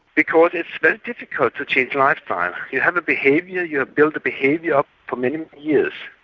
because it's very difficult to change lifestyle. you have a behaviour, you ah build a behaviour up for many years,